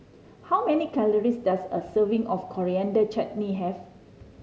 how many calories does a serving of Coriander Chutney have